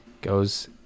goes